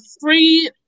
free